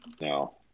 No